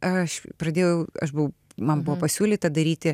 aš pradėjau aš buvau man buvo pasiūlyta daryti